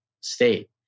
state